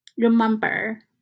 Remember